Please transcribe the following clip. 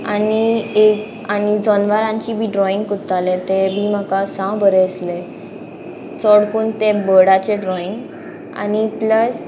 आनी एक आनी जनावरांची बी ड्रॉइंग कोत्ताले ते बी म्हाका साव बरें आसले चड कोन ते बर्डाचे ड्रॉइंग आनी प्लस